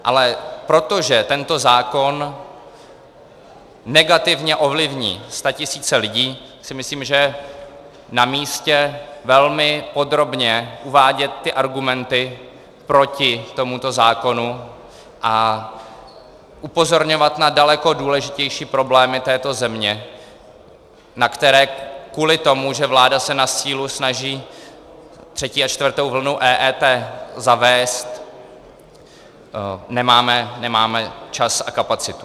Ale protože tento zákon negativně ovlivní statisíce lidí, myslím si, že je namístě velmi podrobně uvádět argumenty proti tomuto zákonu a upozorňovat na daleko důležitější problémy této země, na které kvůli tomu, že vláda se na sílu snaží třetí a čtvrtou vlnu EET zavést, nemáme čas a kapacitu.